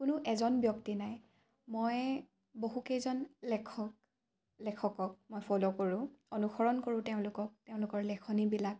কোনো এজন ব্যক্তি নাই মই বহুকেইজন লেখক লেখকক মই ফ'ল' কৰোঁ অনুসৰণ কৰোঁ তেওঁলোকক তেওঁলোকৰ লেখনিবিলাক